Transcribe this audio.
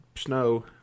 snow